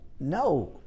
no